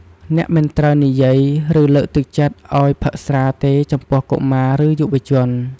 អ្នកមិនត្រូវនិយាយ ឬលើកទឹកចិត្តឲ្យផឹកស្រាទេចំពោះ កុមារ ឬយុវជន។